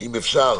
אם אפשר